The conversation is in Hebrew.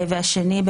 והשני,